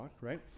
right